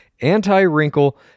anti-wrinkle-